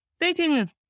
taking